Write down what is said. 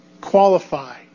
qualify